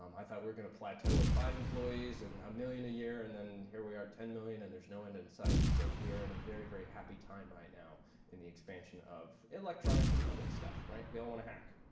um i thought we were going to plateau at five employees and a million a year. and then, here we are at ten million, and there's no end in sight. so we are in a very, very happy time right now in the expansion of electronics and building stuff, right? we all want to hack.